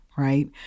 Right